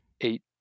eight